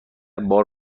بار